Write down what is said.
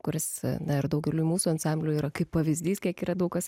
kuris na ir daugeliui mūsų ansambliui yra kaip pavyzdys kiek yra daug kas